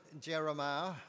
Jeremiah